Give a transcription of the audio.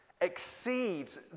exceeds